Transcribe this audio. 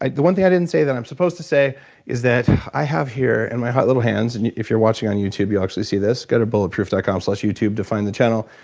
the one thing i didn't say that i'm supposed to say is that i have here, in my hot little hands, and if you're watching on youtube you'll actually see this, go to bulletproof dot com slash youtube to find the channel,